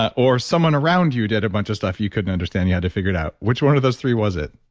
or someone around you did a bunch of stuff you couldn't understand you had to figure it out. which one of those three was it?